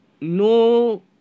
no